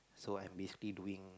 so I'm basically doing